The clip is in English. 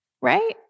right